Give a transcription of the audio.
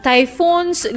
Typhoons